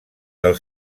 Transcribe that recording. del